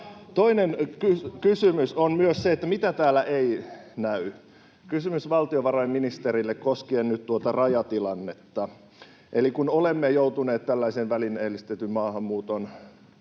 Toinen kysymys on se, mitä täällä ei näy — kysymys valtiovarainministerille koskien nyt tuota rajatilannetta. Eli kun olemme joutuneet tällaisen, voisi sanoa, välineellistetyn maahanmuuton